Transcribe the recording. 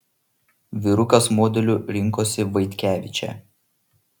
vyrukas modeliu rinkosi vaitkevičę